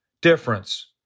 difference